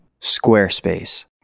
Squarespace